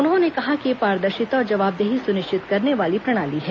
उन्होंने कहा कि यह पारदर्शिता और जवाबदेही सुनिश्चित करने वाली प्रणाली है